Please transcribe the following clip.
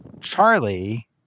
Charlie